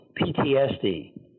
PTSD